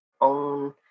own